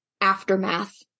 aftermath